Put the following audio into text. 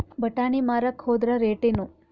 ಬಟಾನಿ ಮಾರಾಕ್ ಹೋದರ ರೇಟೇನು?